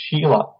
Sheila